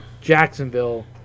Jacksonville